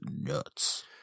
nuts